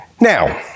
Now